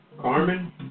Carmen